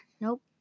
Nope